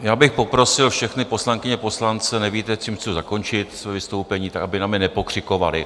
Já bych poprosil všechny poslankyně, poslance, nevíte, s čím chci zakončit své vystoupení, tak aby na mě nepokřikovali.